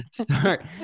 start